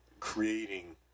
Creating